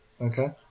Okay